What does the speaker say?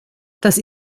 dass